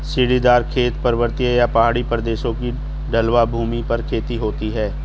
सीढ़ीदार खेत, पर्वतीय या पहाड़ी प्रदेशों की ढलवां भूमि पर खेती होती है